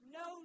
no